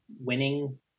winning